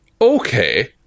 Okay